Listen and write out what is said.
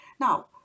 Now